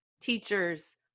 teachers